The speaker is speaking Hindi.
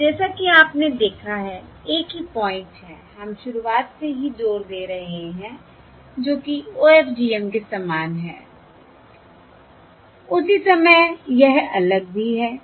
और जैसा कि आपने देखा है एक ही पॉइंट है हम शुरुआत से ही जोर दे रहे हैं जो कि OFDM के समान है उसी समय यह अलग भी है